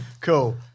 Cool